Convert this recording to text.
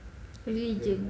religion